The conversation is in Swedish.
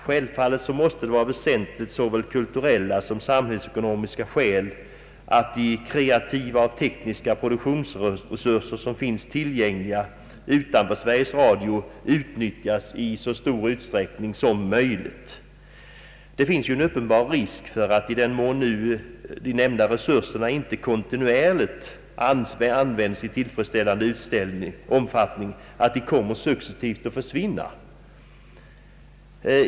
Självfallet måste det vara väsentligt av såväl kulturella som samhällsekonomiska skäl att de kreativa och tekniska produktionsresurser som finns tillgängliga utanför Sveriges Radio utnyttjas i så stor utsträckning som möjligt. Det finns en uppenbar risk för att, i den mån nu nämnda resurser inte kontinuerligt används i tillfredsställande omfattning, de successivt kommer att försvinna.